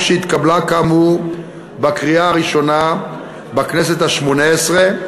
שהתקבלה כאמור בקריאה הראשונה בכנסת השמונה-עשרה,